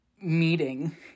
meeting